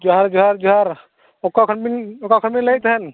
ᱡᱚᱦᱟᱨ ᱡᱚᱦᱟᱨ ᱚᱠᱟ ᱠᱷᱚᱱ ᱵᱤᱱ ᱚᱠᱟ ᱠᱷᱚᱱ ᱵᱤᱱ ᱞᱟᱹᱭᱮᱫ ᱛᱟᱦᱮᱱ